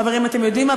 חברים, אתם יודעים מה?